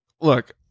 Look